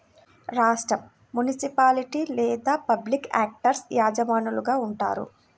రాష్ట్రం, మునిసిపాలిటీ లేదా public actors యజమానులుగా ఉంటారు